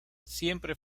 siempre